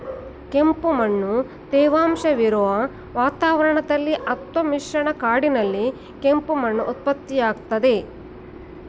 ಕೆಂಪುಮಣ್ಣು ತೇವಾಂಶವಿರೊ ವಾತಾವರಣದಲ್ಲಿ ಅತ್ವ ಮಿಶ್ರ ಕಾಡಿನಲ್ಲಿ ಕೆಂಪು ಮಣ್ಣು ಉತ್ಪತ್ತಿಯಾಗ್ತದೆ